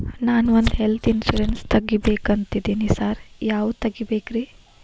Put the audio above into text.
ನಾನ್ ಒಂದ್ health insurance ತಗಬೇಕಂತಿದೇನಿ sir ಯಾವದ ತಗಬೇಕ್ರಿ?